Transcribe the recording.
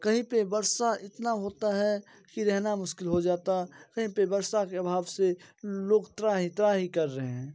कहीं पर वर्षा इतना होता है कि रहना मुश्किल हो जाता कहीं पर वर्षा के अभाव से लोग त्राहि त्राहि कर रहे हैं